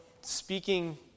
speaking